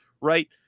Right